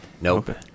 Nope